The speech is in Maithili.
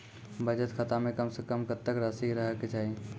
बचत खाता म कम से कम कत्तेक रासि रहे के चाहि?